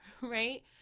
right